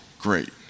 great